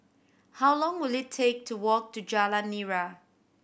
how long will it take to walk to Jalan Nira